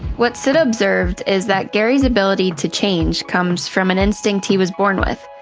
what sid observed is that gary's ability to change comes from an instinct he was born with,